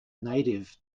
native